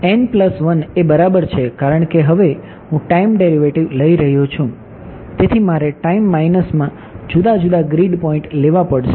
n plus 1 એ બરાબર છે કારણ કે હવે હું ટાઈમ ડેરિવેટિવ લઈ રહ્યો છું તેથી મારે ટાઈમ માઇનસમાં જુદા જુદા ગ્રીડ પોઇન્ટ લેવા પડશે